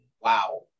Wow